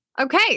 Okay